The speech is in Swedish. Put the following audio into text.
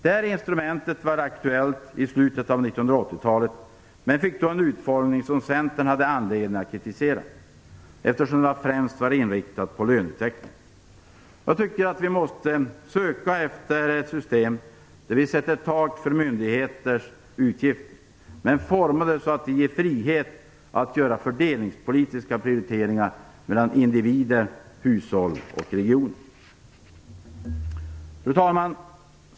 Detta instrument var aktuellt i slutet av 1980-talet, men fick då en utformning som Centern hade anledning att kritisera, eftersom det främst var inriktat på löneutveckling. Jag tycker att vi måste söka efter ett system där vi sätter ett tak för myndigheters utgifter men formar det så att det ger frihet att göra fördelningspolitiska prioriteringar mellan individen, hushåll och region. Fru talman!